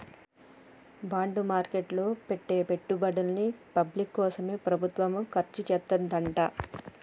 bond market లో పెట్టే పెట్టుబడుల్ని పబ్లిక్ కోసమే ప్రభుత్వం ఖర్చుచేత్తదంట